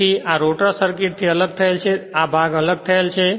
તેથી અને આ રોટર સર્કિટ થી અલગ થયેલ છે આ ભાગ અલગ થયેલ છે